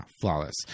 flawless